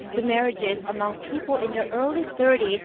the marriages among people in their early thirty s,